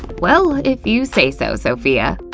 well, if you say so, sophia.